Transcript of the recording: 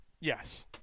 Yes